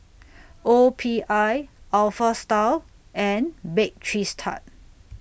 O P I Alpha Style and Bake Cheese Tart